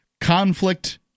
conflict